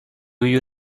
you